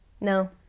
No